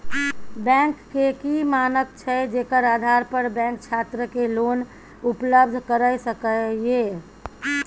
Bank के की मानक छै जेकर आधार पर बैंक छात्र के लोन उपलब्ध करय सके ये?